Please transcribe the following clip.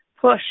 push